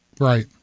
Right